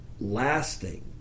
lasting